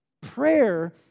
Prayer